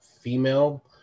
female